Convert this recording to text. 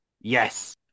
Yes